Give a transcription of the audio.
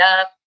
up